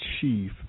Chief